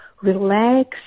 relax